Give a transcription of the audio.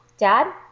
Dad